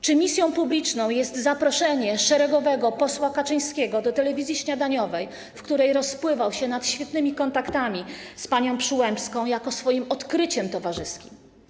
Czy misją publiczną jest zaproszenie szeregowego posła Kaczyńskiego do telewizji śniadaniowej, w której rozpływał się nad świetnymi kontaktami z panią Przyłębską jako swoim odkryciem towarzyskim?